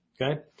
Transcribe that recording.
okay